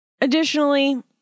Additionally